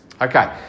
Okay